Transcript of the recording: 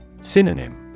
Synonym